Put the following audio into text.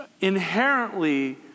inherently